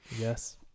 yes